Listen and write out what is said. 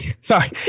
sorry